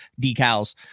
decals